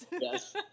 Yes